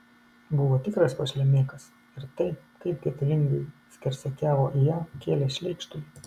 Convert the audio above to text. buvo tikras pašlemėkas ir tai kaip geidulingai skersakiavo į ją kėlė šleikštulį